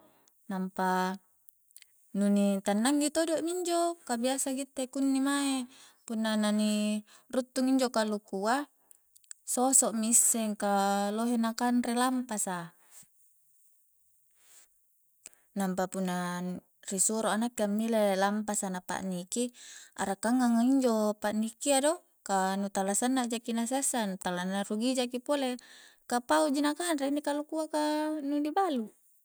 Nampa nu ni tannangi todo minjo ka biasa gitte kunni mae punna na ni ruttung injo kalukua soso'mi isseng ka lohe na kanre lampasa, nampa punna ri suro a nakke ammile lampasa na pa'niki arekangngang a injo pa'nikia do ka nu tala sanna jaki na sessa nu tala na rugi jaki pole ka pao ji na kanre inni kalukua ka nu ni balu